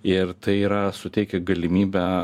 ir tai yra suteikia galimybę